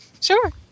Sure